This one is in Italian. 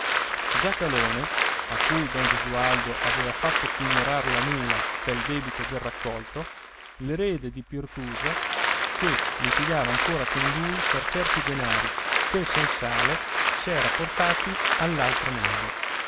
giacalone a cui don gesualdo aveva fatto pignorar la mula pel debito del raccolto l'erede di pirtuso che litigava ancora con lui per certi denari che il sensale s'era portati all'altro mondo